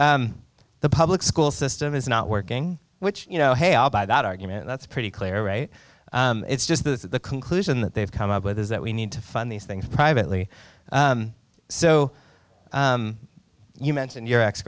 the public school system is not working which you know hey i'll buy that argument that's pretty clear right it's just the conclusion that they've come up with is that we need to fund these things privately so you mentioned your ex